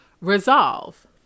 resolve